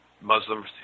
Muslims